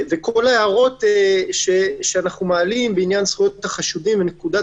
כל ההערות שאנחנו מעלים בעניין זכויות החשודים ונקודת